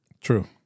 True